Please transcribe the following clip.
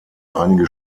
einige